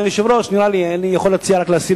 אדוני היושב-ראש, אני יכול רק להציע להסיר